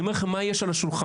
אני אומר לך מה יש על השולחן.